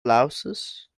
louses